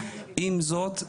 עם זאת,